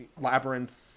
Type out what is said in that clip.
labyrinth